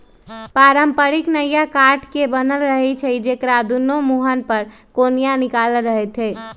पारंपरिक नइया काठ के बनल रहै छइ जेकरा दुनो मूहान पर कोनिया निकालल रहैत हइ